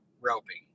roping